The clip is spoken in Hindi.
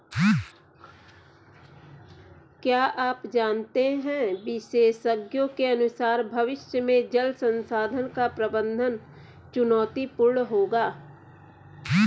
क्या आप जानते है विशेषज्ञों के अनुसार भविष्य में जल संसाधन का प्रबंधन चुनौतीपूर्ण होगा